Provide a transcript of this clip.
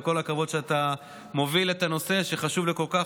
וכל הכבוד שאתה מוביל את הנושא שחשוב לכל כך